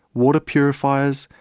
water purifiers,